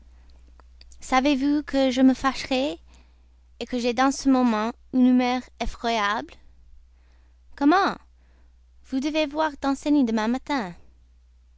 savez-vous que je me fâcherai que j'ai dans ce moment une humeur effroyable comment vous devez voir danceny demain matin